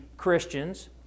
Christians